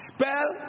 Spell